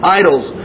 idols